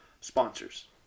sponsors